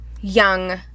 young